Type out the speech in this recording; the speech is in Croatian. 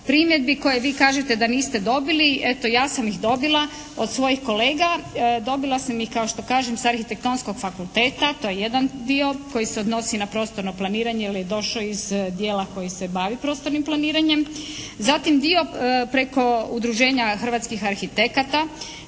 primjedbi koje vi kažete da niste dobili. Eto ja sam ih dobila od svojih kolega, dobila sam ih kao što kažem sa Arhitektonskog fakulteta. To je jedan dio koji se odnosi na prostorno planiranje jer je došao iz dijela koji se bavi prostornim planiranjem. Zatim dio preko Udruženja Hrvatskih arhitekata